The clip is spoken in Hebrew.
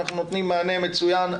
שנותנים מענה מצוין,